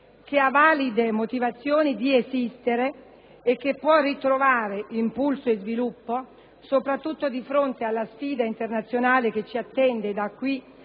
che ha valide motivazioni di esistere e che può ritrovare impulso e sviluppo soprattutto di fronte alla sfida internazionale che ci attende da qui